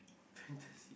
fantasy